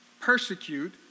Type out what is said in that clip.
persecute